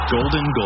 Golden